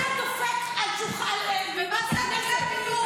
אתה סגן יושב-ראש הכנסת.